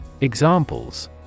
Examples